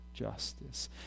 Justice